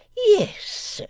yes, sir.